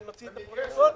שנוציא את הפרוטוקול?